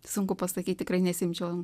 sunku pasakyti tikrai nesiimčiau